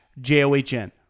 j-o-h-n